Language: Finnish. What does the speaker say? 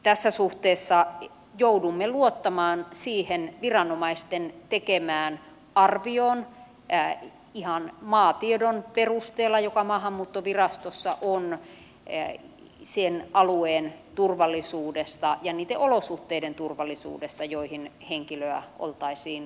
tässä suhteessa joudumme luottamaan siihen viranomaisten tekemään arvioon ihan maatiedon perusteella joka maahanmuuttovirastossa on sen alueen turvallisuudesta ja niitten olosuhteiden turvallisuudesta joihin henkilöä oltaisiin palauttamassa